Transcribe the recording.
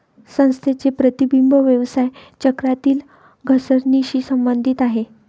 संस्थांचे प्रतिबिंब व्यवसाय चक्रातील घसरणीशी संबंधित आहे